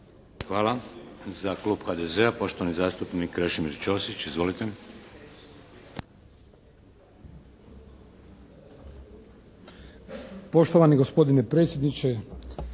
Hvala. Za klub HDZ-a poštovani zastupnik Krešimir Ćosić. Izvolite.